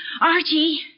Archie